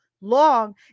long